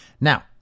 Now